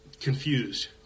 confused